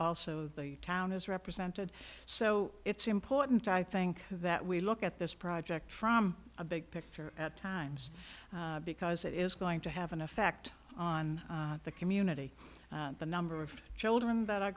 also the town is represented so it's important i think that we look at this project from a big picture at times because it is going to have an effect on the community the number of children that are